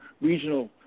regional